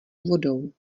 vodou